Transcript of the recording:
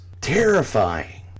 terrifying